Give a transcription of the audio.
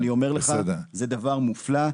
אני אומר לך, זה דבר מופלא.